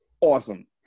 awesome